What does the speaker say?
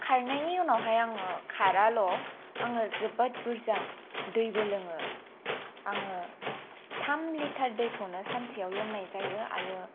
खारनायनि उनावहाय आङो खाराल' आङो जोबोद बुरजा दैबो लोङो आङो थाम लिटार दैखौनो सानसेआव लोंनाय जायो आरो